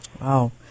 Wow